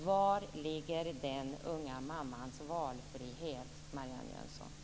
Vari ligger den unga mammans valfrihet, Marianne Jönsson?